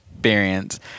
experience